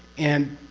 and.